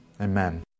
Amen